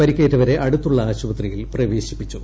പരിക്കേറ്റ വരെ അടുത്തുള്ള ആശുപത്രിയിൽ പ്രവ്വേഴ്സിപ്പിച്ചു